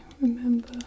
Remember